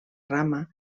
rama